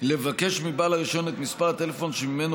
לבקש מבעל הרישיון את מספר הטלפון שממנו